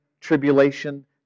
Tribulation